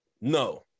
No